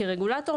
כרגולטור,